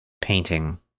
painting